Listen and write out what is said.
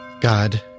God